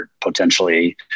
potentially